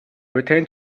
returned